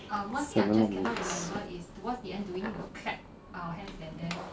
seven more minutes